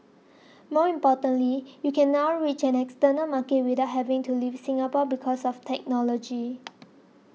more importantly you can now reach an external market without having to leave Singapore because of technology